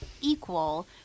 equal